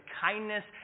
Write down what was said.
kindness